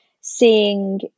seeing